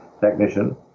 technician